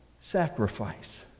sacrifice